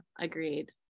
agreed